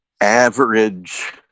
average